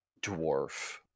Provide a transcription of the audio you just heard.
dwarf